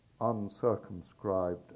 uncircumscribed